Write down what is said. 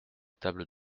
table